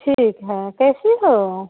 ठीक है कैसी हो